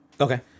Okay